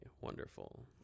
wonderful